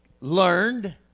learned